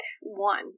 one